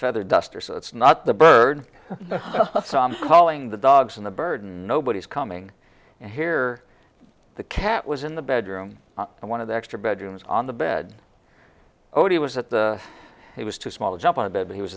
feather duster so it's not the bird calling the dogs in the burden nobody's coming here the cat was in the bedroom and one of the extra bedrooms on the bed ody was at the he was too small to jump on a bed he was